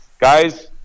guys